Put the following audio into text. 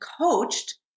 coached